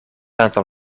aantal